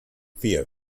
vier